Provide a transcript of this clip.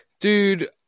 dude